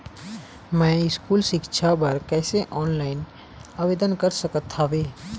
मैं स्कूल सिक्छा बर कैसे ऑनलाइन आवेदन कर सकत हावे?